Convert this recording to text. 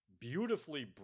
beautifully